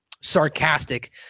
sarcastic